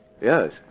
Yes